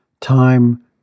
time